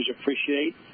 appreciate